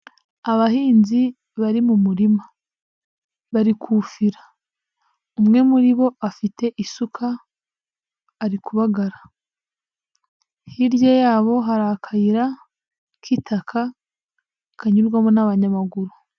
Abahinzi bari mu murima bari kufira, umwe muri bo afite isuka ari kubagara, hirya yabo hari akayira k'itaka kanyurwamo n'abanyamaguru.